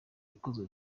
ikozwe